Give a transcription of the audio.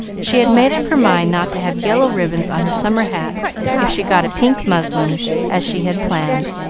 she had made up her mind not to have yellow ribbons on her summer hat if she got a pink muslin as she had planned,